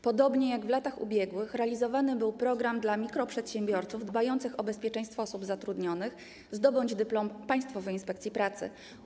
Podobnie jak w latach ubiegłych realizowany był program dla mikroprzedsiębiorców dbających o bezpieczeństwo osób zatrudnionych ˝Zdobądź dyplom Państwowej Inspekcji Pracy˝